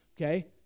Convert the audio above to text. okay